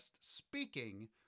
speaking